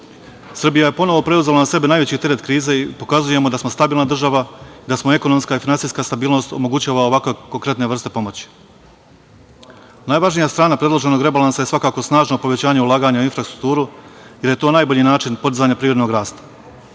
krize. Srbija je ponovo preuzela na sebe najveći teret krize i pokazujemo da smo stabilna država, da nam ekonomska i finansijska stabilnost omogućava ovakve konkretne vrste pomoći. Najvažnija strana predloženog rebalansa je svakako snažno povećanje ulaganja u infrastrukturu, jer je to najbolji način podizanja privrednog rasta.